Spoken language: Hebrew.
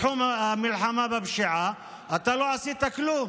בתחום המלחמה בפשיעה אתה לא עשית כלום.